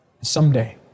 Someday